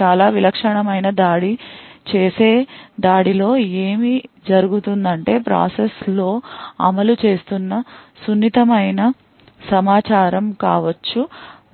చాలా విలక్షణమైన దాడి చేసే దాడిలో ఏమి జరుగుతుందంటే ప్రాసెసర్లో అమలు చేస్తున్న సున్నితమైన సమాచారం కావచ్చు